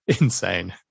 Insane